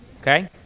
Okay